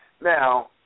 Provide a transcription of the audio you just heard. Now